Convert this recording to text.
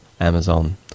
Amazon